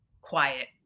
quiet